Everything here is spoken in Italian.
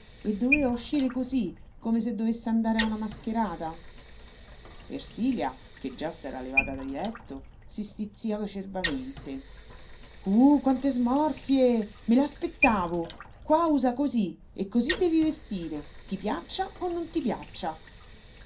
e doveva uscire così come se dovesse andare a una mascherata ersilia che già s'era levata di letto si stizzì acerbamente uh quante smorfie me l'aspettavo qua usa così e così devi vestire ti piaccia o non ti piaccia